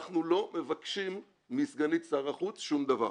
אנחנו לא מבקשים מסגנית שר החוץ שום דבר.